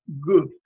good